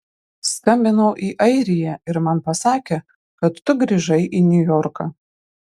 skambinau į airiją ir man pasakė kad tu grįžai į niujorką